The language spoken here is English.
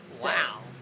Wow